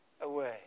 away